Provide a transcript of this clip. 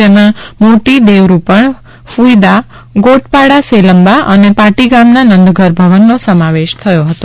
જેમા મોટી દેવરૂપણ ફ્ઇદા ગોટપાડા સેલંબા અને પાટી ગામના નંદઘર ભવનનો સમાવેશ થાયો હતો